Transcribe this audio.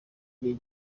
gihe